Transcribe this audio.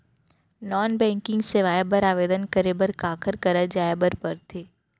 non banking सेवाएं बर आवेदन करे बर काखर करा जाए बर परथे